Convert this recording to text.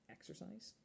Exercise